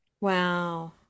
Wow